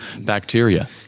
bacteria